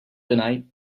tonight